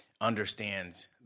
understands